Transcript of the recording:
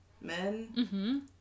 men